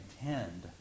intend